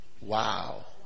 Wow